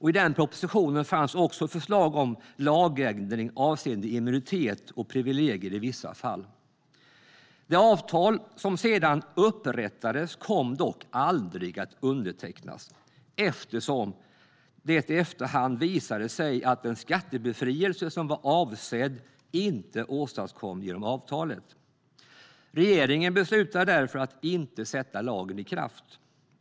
I den propositionen fanns också förslag om lagändring avseende immunitet och privilegier i vissa fall. Det avtal som sedan upprättades kom dock aldrig att undertecknas eftersom det i efterhand visade sig att den skattebefrielse som var avsedd inte åstadkoms genom avtalet. Regeringen beslutade därför att inte sätta lagen i kraft.